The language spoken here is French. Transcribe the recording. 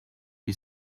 qui